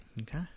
Okay